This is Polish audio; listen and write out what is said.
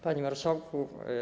Panie Marszałku!